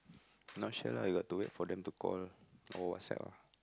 not sure lah you got to wait for them to call or WhatsApp